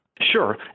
Sure